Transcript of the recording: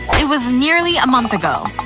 it was nearly a month ago.